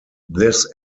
this